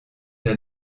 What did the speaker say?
der